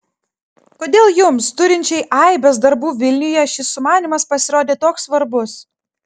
kodėl jums turinčiai aibes darbų vilniuje šis sumanymas pasirodė toks svarbus